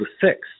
six